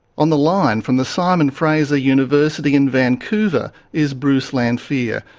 on the line from the simon fraser university in vancouver is bruce lanphear,